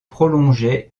prolongeait